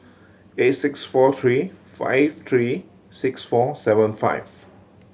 eight six four three five three six four seven five